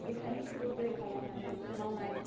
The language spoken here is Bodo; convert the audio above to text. बिखानि थैखौ दै खालामनानै मावनाय